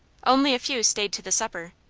only a few stayed to the supper.